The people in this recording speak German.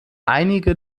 einige